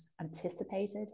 anticipated